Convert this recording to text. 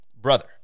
brother